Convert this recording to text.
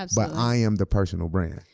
um but i am the personal brand.